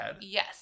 Yes